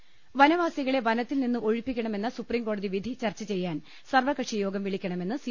രുള്ളട്ട്ട്ട്ട്ട്ട്ട വനവാസികളെ വനത്തിൽ നിന്ന് ഒഴിപ്പിക്കണമെന്ന സുപ്രീംകോടതി വിധി ചർച്ച ചെയ്യാൻ സർവകക്ഷി യോഗം വിളിക്കണമെന്ന് സി